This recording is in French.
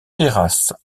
terrasse